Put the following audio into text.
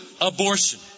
abortion